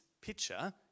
picture